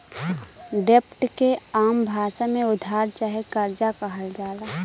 डेब्ट के आम भासा मे उधार चाहे कर्जा कहल जाला